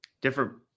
different